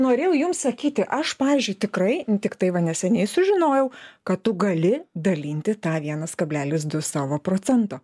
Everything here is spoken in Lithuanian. norėjau jum sakyti aš pavyzdžiui tikrai tiktai va neseniai sužinojau kad tu gali dalinti tą vienas kablelis du savo procento